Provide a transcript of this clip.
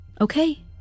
okay